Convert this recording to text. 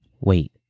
Wait